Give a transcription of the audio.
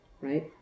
right